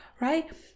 right